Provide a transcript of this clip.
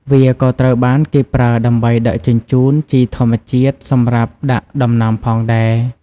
វាក៏ត្រូវបានគេប្រើដើម្បីដឹកជញ្ជូនជីធម្មជាតិសម្រាប់ដាក់ដំណាំផងដែរ។